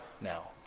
now